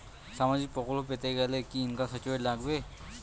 সামাজীক প্রকল্প পেতে গেলে কি ইনকাম সার্টিফিকেট লাগবে?